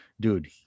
dude